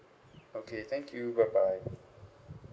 okay thank you bye bye